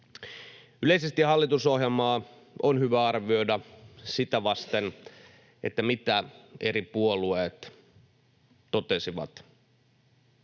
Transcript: Yleisesti hallitusohjelmaa on hyvä arvioida sitä vasten, mitä eri puolueet totesivat